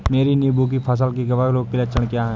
मेरी नींबू की फसल में कवक रोग के लक्षण क्या है?